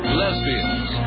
lesbians